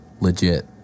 legit